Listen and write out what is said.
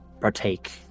Partake